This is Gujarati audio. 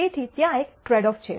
તેથી ત્યાં એક ટ્રૈડઑફ છે